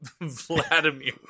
Vladimir